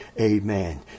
Amen